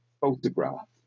photograph